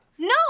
No